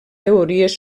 teories